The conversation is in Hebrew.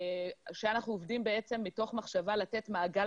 אנחנו עובדים בעצם מתוך מחשבה לתת מעגל